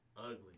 ugly